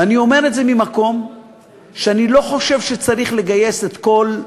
ואני אומר את זה ממקום שאני לא חושב שצריך לגייס את כל החרדים,